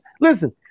Listen